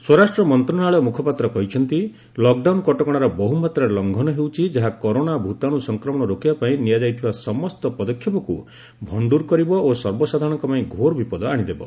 ସ୍ୱରାଷ୍ଟ୍ର ମନ୍ତ୍ରଣାଳୟ ମୁଖପାତ୍ର କହିଛନ୍ତି ଲକ୍ଡାଉନ କଟକଣାର ବହୁମାତ୍ରାରେ ଲଙ୍ଘନ ହେଉଛି ଯାହା କରୋନା ଭୂତାଣୁ ସଂକ୍ରମଣ ରୋକିବା ପାଇଁ ନିଆଯାଇଥିବା ସମସ୍ତ ପଦକ୍ଷେପକୁ ଭଣ୍ଟୁର କରିବ ଓ ସର୍ବସାଧାରଣଙ୍କ ପାଇଁ ଘୋର ବିପଦ ଆଶିଦେବ